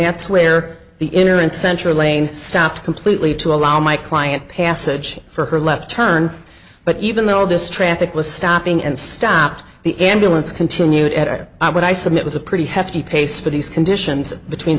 that's where the inner and center lane stopped completely to allow my client passage for her left turn but even though this traffic was stopping and stopped the ambulance continued at or what i submit was a pretty hefty pace for these conditions between